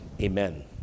Amen